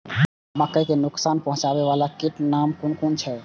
मके के नुकसान पहुँचावे वाला कीटक नाम कुन कुन छै?